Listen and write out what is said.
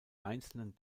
einzelnen